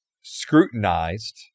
scrutinized